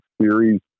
Series